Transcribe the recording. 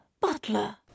Butler